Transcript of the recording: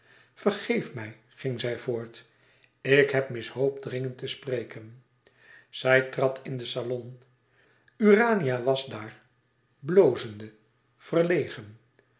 vergeef mij ging zij voort ik heb miss hope dringend te spreken zij trad in den salon urania was daar blozende verlegen